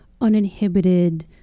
uninhibited